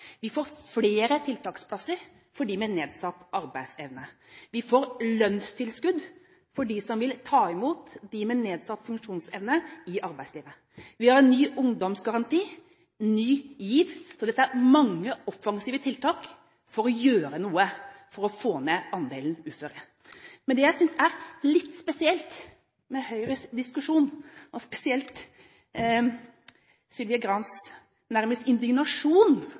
Vi får flere tiltaksplasser for dem med nedsatt arbeidsevne. Vi får lønnstilskudd for dem som vil ta imot dem med nedsatt funksjonsevne, i arbeidslivet. Vi har en ny ungdomsgaranti, Ny GIV – det er mange offensive tiltak for å gjøre noe for å få ned andelen uføre. Men det jeg synes er litt spesielt med Høyres diskusjon, og spesielt representanten Sylvi Grahams – nærmest – indignasjon